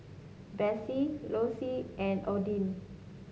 Besse Loyce and Odin